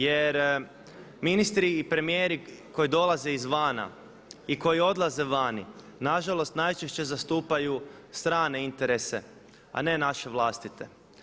Jer ministri i premijeri koji dolaze izvana i koji odlaze vani, nažalost najčešće zastupaju strane interese, a ne naše vlastite.